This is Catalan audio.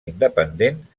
independent